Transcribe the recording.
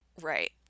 Right